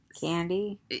Candy